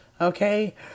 okay